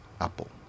Apple